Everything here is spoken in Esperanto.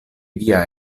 via